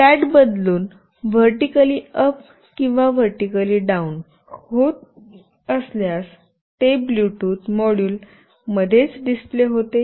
flat बदलून vertically up किंवा vertically down होत असल्यास ते ब्लूटूथ मॉड्यूल मध्येच डिस्प्ले होते